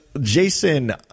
Jason